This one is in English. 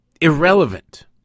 irrelevant